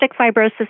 Fibrosis